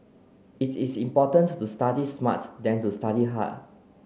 its is more important to do study smart than to study hard